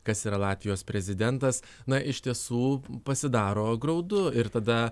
kas yra latvijos prezidentas na iš tiesų pasidaro graudu ir tada